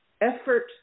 effort